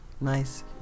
Nice